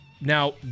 now